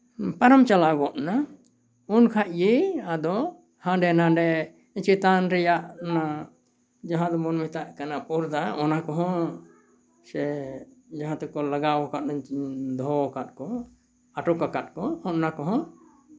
ᱯᱟᱨᱚᱢ ᱪᱟᱞᱟᱣ ᱜᱚᱫᱱᱟ ᱩᱱ ᱠᱷᱟᱱ ᱜᱮ ᱟᱫᱚ ᱦᱟᱸᱰᱮ ᱱᱟᱸᱰᱮ ᱪᱮᱛᱟᱱ ᱨᱮᱭᱟᱜ ᱡᱟᱦᱟᱸ ᱫᱚᱵᱚᱱ ᱢᱮᱛᱟᱜ ᱠᱟᱱᱟ ᱯᱚᱨᱫᱟ ᱚᱱᱟ ᱠᱚᱦᱚᱸ ᱥᱮ ᱡᱟᱦᱟᱸ ᱛᱮᱠᱚ ᱞᱟᱜᱟᱣ ᱠᱟᱜ ᱫᱚᱦᱚᱣᱠᱟᱫ ᱠᱚ ᱟᱴᱚᱠ ᱟᱠᱟᱫ ᱠᱚ ᱚᱱᱟ ᱠᱚᱦᱚᱸ